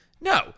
No